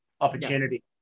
opportunity